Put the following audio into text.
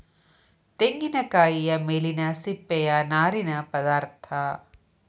ತೆಂಗಿನಕಾಯಿಯ ಮೇಲಿನ ಸಿಪ್ಪೆಯ ನಾರಿನ ಪದಾರ್ಥ